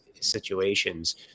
situations